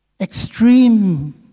extreme